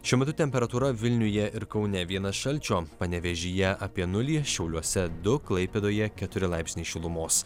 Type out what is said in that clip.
šiuo metu temperatūra vilniuje ir kaune vienas šalčio panevėžyje apie nulį šiauliuose du klaipėdoje keturi laipsniai šilumos